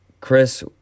Chris